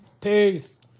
Peace